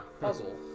puzzle